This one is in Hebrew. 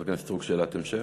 חברת הכנסת סטרוק, שאלת המשך?